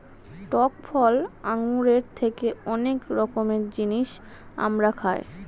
টক ফল আঙ্গুরের থেকে অনেক রকমের জিনিস আমরা পাই